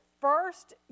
first